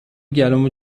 گلومو